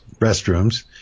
restrooms